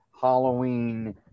Halloween